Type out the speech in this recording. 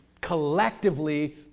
collectively